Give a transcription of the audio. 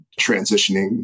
transitioning